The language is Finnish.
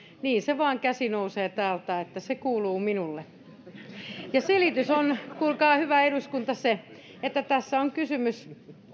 niin se vain käsi nousee täältä että se kuuluu minulle selitys on kuulkaa hyvä eduskunta että tässä on kysymys